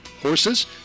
horses